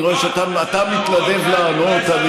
אני רואה שאתה מתנדב לענות.